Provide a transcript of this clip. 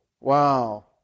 Wow